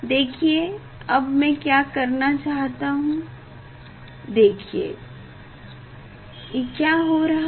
देखिए अब मैं क्या करना चाहता हूँ देखिए ये क्या हो रहा है